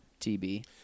TB